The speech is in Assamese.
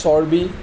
চৰ্বি